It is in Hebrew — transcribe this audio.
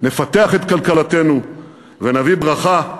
נפתח את כלכלתנו ונביא ברכה,